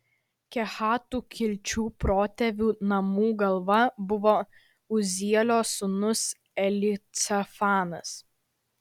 kehatų kilčių protėvių namų galva buvo uzielio sūnus elicafanas